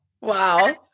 Wow